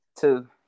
Two